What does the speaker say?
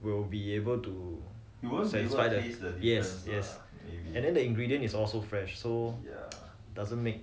will be able to you won't satisfy yes yes and then the ingredients is also fresh so doesn't make